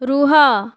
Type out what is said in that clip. ରୁହ